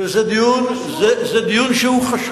וזה דיון שהוא חשוב,